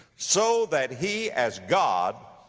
so that he, as god,